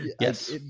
yes